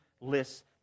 lists